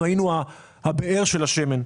הבאר של השמן.